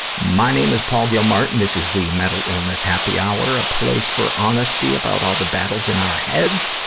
my name is paul gilmartin. this is the mental illness happy hour a place for honesty about all the battles in our heads,